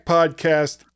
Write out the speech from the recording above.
Podcast